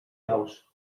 aus